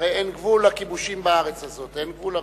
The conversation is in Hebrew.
הרי אין גבול לכיבושים בארץ הזאת, אין גבול הרי.